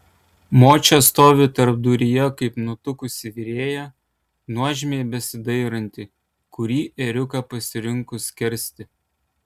močia stovi tarpduryje kaip nutuksi virėja nuožmiai besidairanti kurį ėriuką pasirinkus skersti